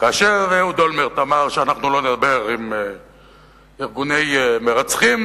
כאשר אהוד אולמרט אמר שאנחנו לא נדבר עם ארגוני מרצחים,